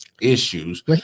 issues